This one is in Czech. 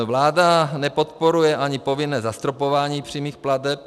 Vláda nepodporuje ani povinné zastropování přímých plateb.